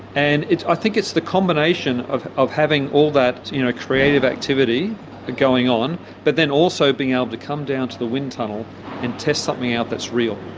and i think it's the combination of of having all that creative activity going on but then also being able to come down to the windtunnel and test something out that's real.